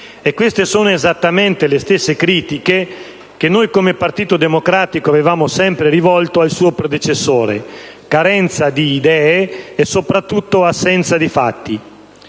settori». Sono esattamente le stesse critiche che il Partito Democratico ha sempre rivolto al suo predecessore: carenza di idee e, soprattutto, assenza di fatti.